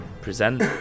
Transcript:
present